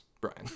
Brian